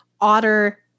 otter